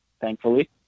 thankfully